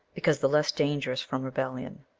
because the less danger from rebellion.